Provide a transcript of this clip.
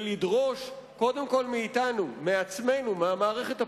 ולדרוש קודם כול מאתנו, מעצמנו, מהמערכת הפוליטית,